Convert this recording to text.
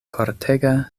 kortega